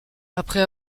après